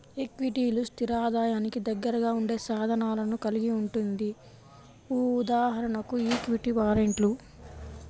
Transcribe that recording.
ఈక్విటీలు, స్థిర ఆదాయానికి దగ్గరగా ఉండే సాధనాలను కలిగి ఉంటుంది.ఉదాహరణకు ఈక్విటీ వారెంట్లు